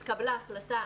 התקבלה החלטה,